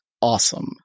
awesome